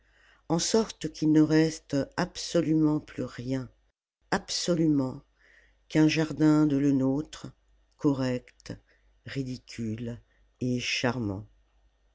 en sorte qu'il ne reste absolument plus rien absolument quun jardin de lenôtre correct ridicule et charmant